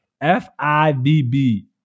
F-I-B-B